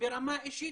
ברמה האישית,